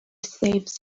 saves